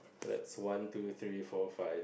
so that's one two three four five